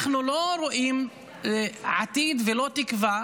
אנחנו לא רואים עתיד ולא תקווה,